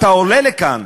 אתה עולה לכאן,